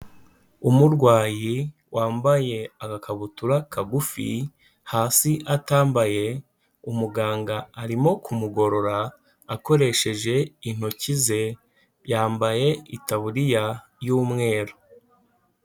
Umurwayi wambaye agakabutura kagufi hasi atambaye umuganga arimo kumugorora akoresheje intoki ze, yambaye itaburiya y'umweru.